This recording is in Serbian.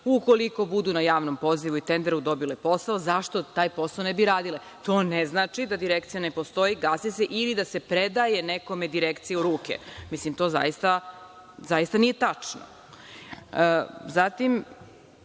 ukoliko budu na javnom pozivu i tenderu dobile posao, zašto taj posao ne bi radile? To ne znači da Direkcija ne postoji i da se gasi, ili da se predaje nekome Direkcija u ruke. Mislim, to zaista nije tačno. Zatim,